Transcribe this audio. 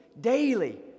daily